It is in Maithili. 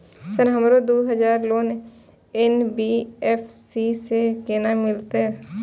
सर हमरो दूय हजार लोन एन.बी.एफ.सी से केना मिलते?